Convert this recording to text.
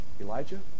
Elijah